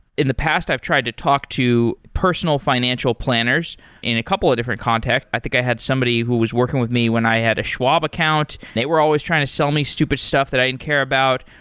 in the past i've tried to talk to personal financial planners in a couple of different context. i think i had somebody who was working with me when i had a schwab account. they were always trying to sell me stupid stuff that i didn't care about.